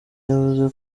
yavuze